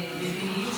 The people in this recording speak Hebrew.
בעניין של התפיסה,